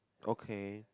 okay